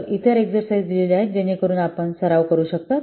तर इतर एक्सरसाइझ दिले आहेत जेणेकरून आपण सराव करू शकता